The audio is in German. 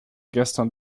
gestern